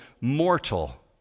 mortal